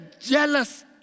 jealous